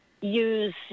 use